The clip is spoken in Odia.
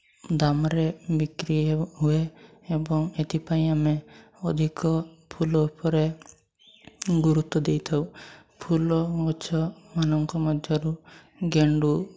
ଦାମରେ ବିକ୍ରି ହୁଏ ଏବଂ ଏଥିପାଇଁ ଆମେ ଅଧିକ ଫୁଲ ଉପରେ ଗୁରୁତ୍ୱ ଦେଇଥାଉ ଫୁଲ ଗଛ ମାନଙ୍କ ମଧ୍ୟରୁ ଗେଣ୍ଡୁ